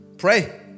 pray